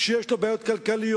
כשיש לו בעיות כלכליות,